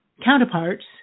counterparts